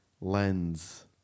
lens